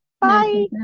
Bye